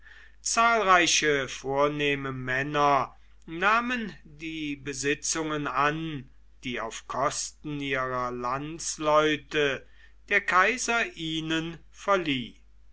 zahlreiche vornehme männer nahmen die besitzungen an die auf kosten ihrer landsleute der kaiser ihnen verlieh